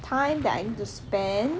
time that I need to spend